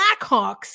Blackhawks